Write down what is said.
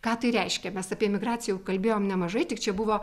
ką tai reiškia mes apie migraciją jau kalbėjom nemažai tik čia buvo